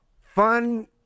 fun